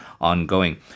ongoing